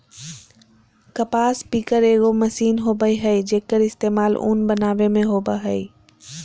कपास पिकर एगो मशीन होबय हइ, जेक्कर इस्तेमाल उन बनावे में होबा हइ